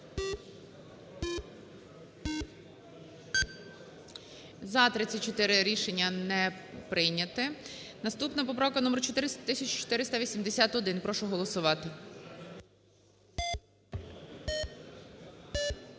За-30 Рішення не прийняте. І наступна поправка номер 1477. Прошу голосувати.